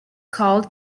called